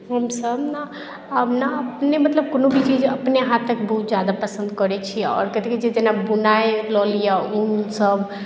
हमसभ ने आब ने अपने मतलब कोनो भी चीज अपने हाथक बहुत ज्यादा पसन्द करैत छी आओर कथी कहैत छै जेना बुनाइ लऽ लिअ ऊनसभ